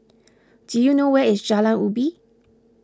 do you know where is Jalan Ubi